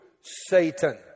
Satan